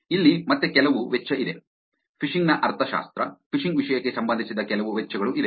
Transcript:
ಇಲ್ಲಿ ಮತ್ತೆ ಕೆಲವು ವೆಚ್ಚ ಇದೆ ಫಿಶಿಂಗ್ನ ಅರ್ಥಶಾಸ್ತ್ರ ಫಿಶಿಂಗ್ ವಿಷಯಕ್ಕೆ ಸಂಬಂಧಿಸಿದ ಕೆಲವು ವೆಚ್ಚಗಳು ಇದೆ